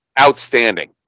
outstanding